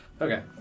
okay